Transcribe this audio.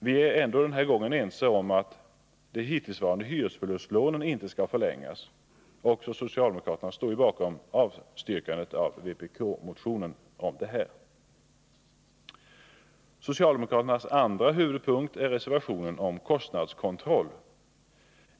Vi är ändå den här gången ense om att de hittillsvarande hyresförlustlånen inte skall förlängas — också socialdemokraterna står bakom avstyrkandet av vpk-motionen om detta. Socialdemokraternas andra huvudpunkt är reservationen om kostnadskontroll.